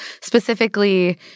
Specifically